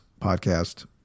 podcast